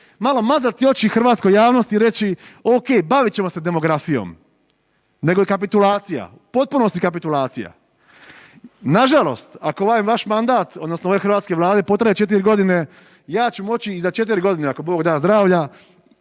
malo mazati oči hrvatskoj javnosti i reći okej, bavit ćemo se demografijom, nego je kapitulacija. U potpunosti kapitulacija. Nažalost, ako ovaj vaš mandat odnosno ove hrvatske Vlade potraje 4 godine, ja ću moći i za 4 godine, ako Bog da zdravlja